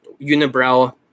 unibrow